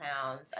pounds